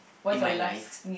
in my life